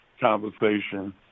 conversation